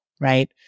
right